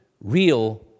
real